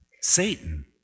Satan